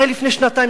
הרי לפני שנתיים,